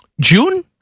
June